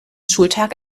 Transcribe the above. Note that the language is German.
schultag